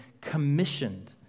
commissioned